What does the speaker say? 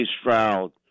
Stroud